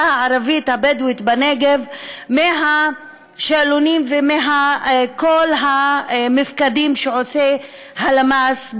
הערבית הבדואית בנגב מהשאלונים ומכל המפקדים שעושה הלמ"ס,